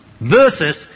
Versus